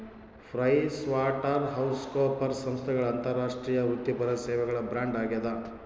PricewaterhouseCoopers ಸಂಸ್ಥೆಗಳ ಅಂತಾರಾಷ್ಟ್ರೀಯ ವೃತ್ತಿಪರ ಸೇವೆಗಳ ಬ್ರ್ಯಾಂಡ್ ಆಗ್ಯಾದ